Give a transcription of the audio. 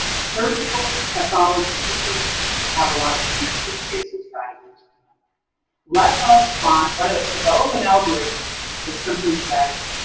surgical pathology reports have a lot of cancer cases diagnosed let us find. let us develop an algorithm that simply says,